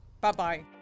Bye-bye